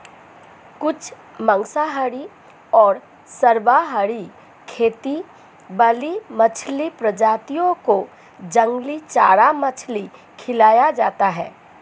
कुछ मांसाहारी और सर्वाहारी खेती वाली मछली प्रजातियों को जंगली चारा मछली खिलाया जाता है